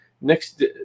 next